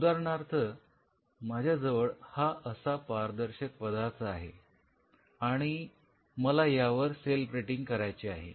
उदाहरणार्थ माझ्याजवळ हा असा अपारदर्शक पदार्थ आहे आणि मला यावर सेल प्लेटिंग करायची आहे